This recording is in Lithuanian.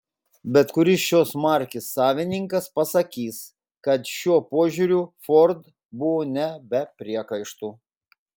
bet kuris šios markės savininkas pasakys kad šiuo požiūriu ford buvo ne be priekaištų